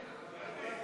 קודם כול,